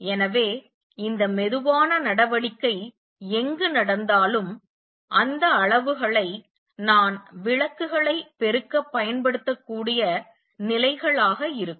எனவே இந்த மெதுவான நடவடிக்கை எங்கு நடந்தாலும் அந்த அளவுகளை நான் விளக்குகளை பெருக்க பயன்படுத்தக்கூடிய நிலைகளாக இருக்கும்